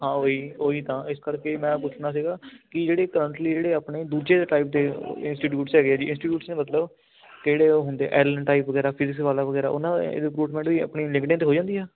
ਹਾਂ ਉਹੀ ਉਹੀ ਤਾਂ ਇਸ ਕਰਕੇ ਮੈਂ ਪੁੱਛਣਾ ਸੀਗਾ ਕਿ ਜਿਹੜੇ ਕਰੰਟਲੀ ਜਿਹੜੇ ਆਪਣੇ ਦੂਜੇ ਦੇ ਟਾਈਪ ਦੇ ਇੰਸਟੀਟਿਊਟਸ ਹੈਗੇ ਆ ਜੀ ਇੰਸਟੀਟਿਊਟਸ ਨਹੀਂ ਮਤਲਬ ਕਿਹੜੇ ਉਹ ਹੁੰਦੇ ਐਲਨ ਟਾਈਪ ਵਗੈਰਾ ਫਿਜਿਕਸ ਵਾਲਾ ਵਗੈਰਾ ਉਹਨਾਂ ਦੇ ਰਿਕਰੂਟਮੈਂਟ ਵੀ ਆਪਣੀ ਲਿੰਕਡਇੰਨ 'ਤੇ ਹੋ ਜਾਂਦੀ ਆ